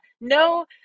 no